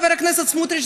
חבר הכנסת סמוטריץ,